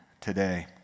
today